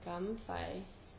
gam fai